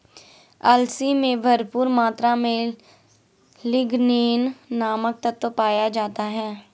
अलसी में भरपूर मात्रा में लिगनेन नामक तत्व पाया जाता है